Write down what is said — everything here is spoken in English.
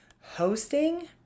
hosting